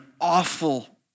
awful